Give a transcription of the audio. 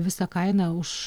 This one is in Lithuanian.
visą kainą už